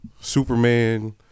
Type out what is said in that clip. Superman